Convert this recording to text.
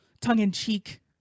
tongue-in-cheek